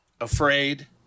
afraid